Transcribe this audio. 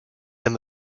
and